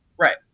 Right